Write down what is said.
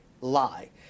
lie